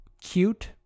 cute